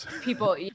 People